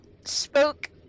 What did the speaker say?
spoke